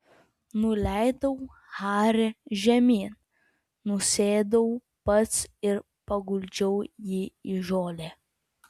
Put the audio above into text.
nuleidau harį žemyn nusėdau pats ir paguldžiau jį į žolę